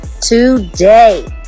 today